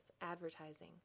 advertising